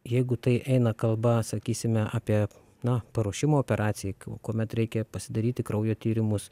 jeigu tai eina kalba sakysime apie na paruošimą operacijai kuomet reikia pasidaryti kraujo tyrimus